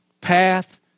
path